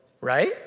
Right